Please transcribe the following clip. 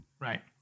Right